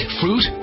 fruit